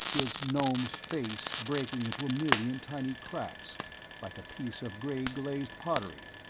his gnome's face breaking into a million tiny cracks like a piece of gray-glazed pottery.